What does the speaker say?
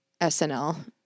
SNL